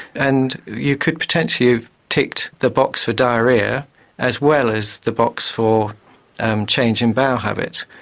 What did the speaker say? and you could potentially have ticked the box for diarrhoea as well as the box for change in bowel habits,